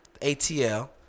ATL